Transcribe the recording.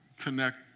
connect